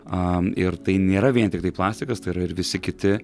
a ir tai nėra vien tiktai plastikas tai yra ir visi kiti